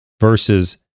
versus